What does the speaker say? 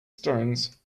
stones